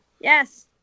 Yes